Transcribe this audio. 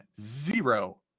zero